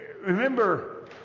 Remember